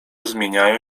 zmieniają